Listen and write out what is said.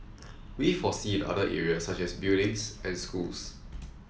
we foresee in other areas such as buildings and schools